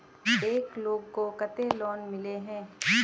एक लोग को केते लोन मिले है?